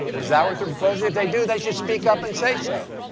is that what they're proposing? if they do, they should speak up and say so.